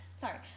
Sorry